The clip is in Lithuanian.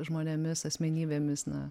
žmonėmis asmenybėmis na